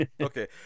Okay